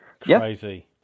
Crazy